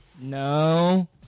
no